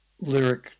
lyric